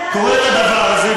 קורא את הדבר הזה,